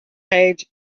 page